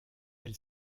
elle